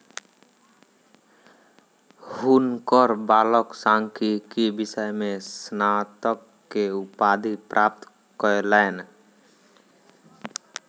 हुनकर बालक सांख्यिकी विषय में स्नातक के उपाधि प्राप्त कयलैन